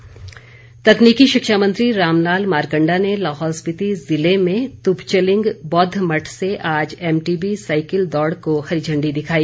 मारकण्डा तकनीकी शिक्षा मंत्री रामलाल मारकण्डा ने लाहौल स्पीति ज़िले में तुपचलिंग बौद्ध मठ से आज एमटीबी साईकिल दौड़ को हरी झण्डी दिखाई